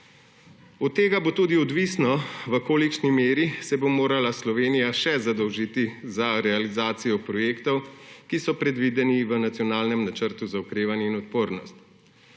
Od tega bo tudi odvisno, v kolikšni meri se bo morala Slovenija še zadolžiti za realizacijo projektov, ki so predvideni v nacionalnem Načrtu za okrevanje in odpornost.